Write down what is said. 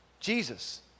Jesus